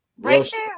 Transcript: Rachel